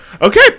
Okay